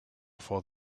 for